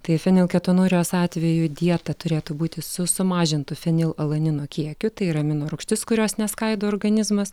tai fenilketonurijos atveju dieta turėtų būti su sumažintu fenilalanino kiekiu tai yra amino rūgštis kurios neskaido organizmas